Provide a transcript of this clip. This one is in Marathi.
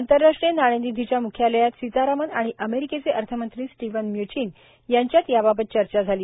आंतरराष्ट्रीय नाणेनिधीच्या मुख्यालयात सीतारामन आणि अमेरिकेचे अर्थमंत्री स्टीव्हन म्य्यचीन यांच्यात याबाबत चर्चा झाली